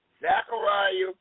Zachariah